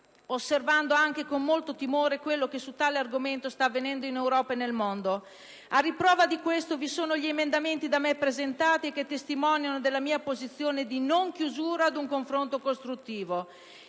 osservando anche con molto timore quello che su tale argomento sta avvenendo in Europa e nel mondo. A riprova di questo vi sono gli emendamenti da me presentati che testimoniano della mia posizione di non chiusura ad un confronto costruttivo.